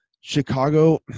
Chicago